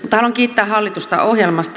haluan kiittää hallitusta ohjelmasta